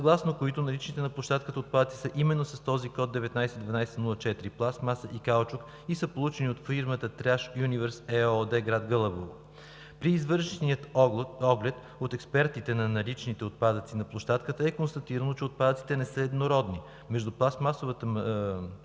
съгласно които наличните на площадката отпадъци са именно с код 19 12 04 – пластмаса и каучук, и са получени от фирма „Траш юнивърс“ ЕООД – град Гълъбово. При извършения оглед от експертите на наличните отпадъци на площадката е констатирано, че отпадъците не са еднородни – между пластмасовите материали